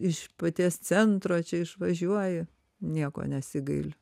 iš paties centro čia išvažiuoja nieko nesigailiu